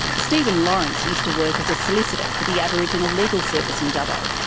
stephen lawrence used to work as a solicitor for the aboriginal legal service in dubbo.